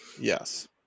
yes